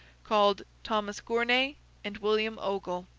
called thomas gournay and william ogle.